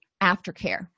aftercare